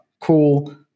Cool